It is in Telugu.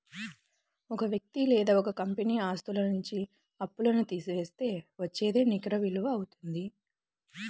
ఒక వ్యక్తి లేదా ఒక కంపెనీ ఆస్తుల నుంచి అప్పులను తీసివేస్తే వచ్చేదే నికర విలువ అవుతుంది